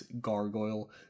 gargoyle